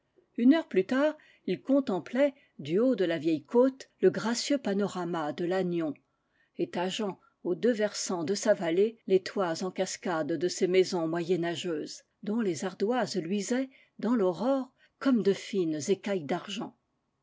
une heure plus tard ils contemplaient du haut de la vieille côte le gracieux panorama de lannion étageant aux deux versants de sa vallée les toits en cascade de ses maisons moyenâgeuses dont les ardoises luisaient dans l'aurore comme de fines écailles